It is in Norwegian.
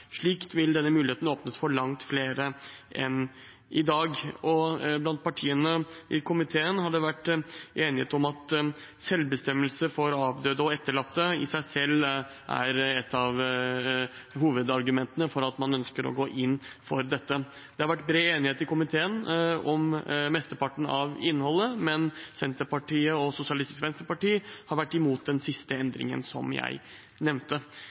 vil denne muligheten åpnes for langt flere enn i dag. Blant partiene i komiteen har det vært enighet om at selvbestemmelse for avdøde og etterlatte i seg selv er et av hovedargumentene for at man ønsker å gå inn for dette. Det har vært bred enighet i komiteen om mesteparten av innholdet, men Senterpartiet og SV har vært imot den siste endringen som jeg nevnte.